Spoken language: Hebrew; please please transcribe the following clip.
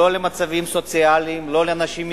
לא למצבים סוציאליים, לא לאנשים מסכנים,